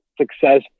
success